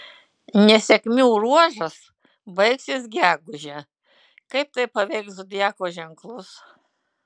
nesėkmių ruožas baigsis gegužę kaip tai paveiks zodiako ženklus